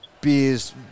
beers –